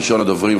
ראשון הדוברים,